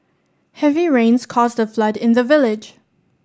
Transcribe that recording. heavy rains caused a flood in the village